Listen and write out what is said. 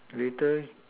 later